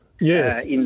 Yes